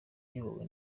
iyobowe